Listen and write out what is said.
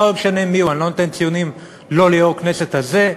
אני לא נותן ציונים לא ליושב-ראש הכנסת הזה,